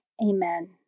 Amen